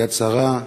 "יד שרה",